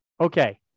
Okay